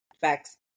Facts